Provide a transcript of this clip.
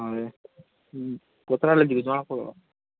ହଏ ପତଳା ଲଗେଇବି ଜଣା ପଡ଼ିବ